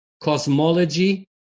cosmology